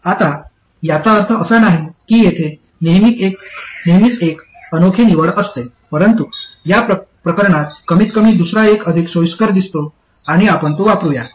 आता याचा अर्थ असा नाही की येथे नेहमीच एक अनोखी निवड असते परंतु या प्रकरणात कमीतकमी दुसरा एक अधिक सोयीस्कर दिसतो आणि आपण तो वापरुया